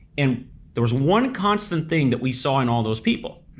and there was one constant thing that we saw in all those people.